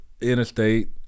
interstate